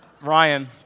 Ryan